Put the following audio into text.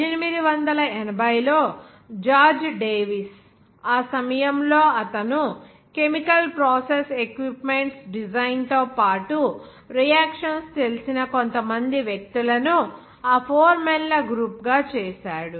1880 లో George Davis ఆ సమయంలో అతను కెమికల్ ప్రాసెస్ ఎక్విప్మెంట్స్ డిజైన్ తో పాటు రియాక్షన్స్ తెలిసిన కొంతమంది వ్యక్తుల ను ఆ ఫోర్మెన్ల గ్రూప్ గా చేశాడు